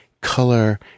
color